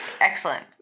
excellent